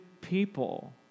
people